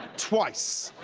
twice.